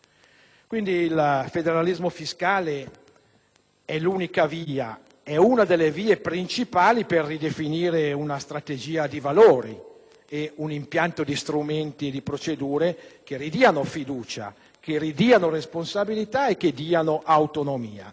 Quindi, il federalismo fiscale è l'unica via o almeno una delle vie principali per ridefinire una strategia di valori e un impianto di strumenti e procedure che ridia fiducia, responsabilità ed autonomia.